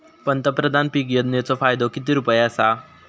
पंतप्रधान पीक योजनेचो फायदो किती रुपये आसा?